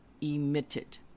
emitted